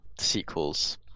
sequels